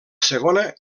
segona